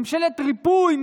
מממשלת ריפוי,